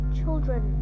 children